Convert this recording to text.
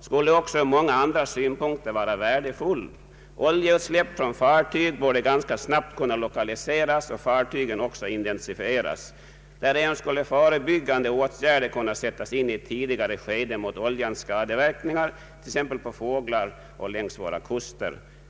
skulle också ur många andra synpunkter vara värdefull. Oljeutsläpp från fartyg borde ganska snabbt kunna lokaliseras och fartygen också identifieras. Därigenom skulle förebyggande åtgärder kunna sättas in i ett tidigare skede mot oljans skadeverkningar t.ex. på fåglar och längs våra kuster.